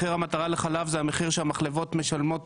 מחיר המטרה לחלב זה המחיר שהמחלבות משלמות